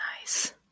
Nice